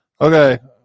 okay